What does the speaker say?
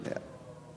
שנייה.